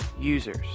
users